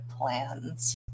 Plans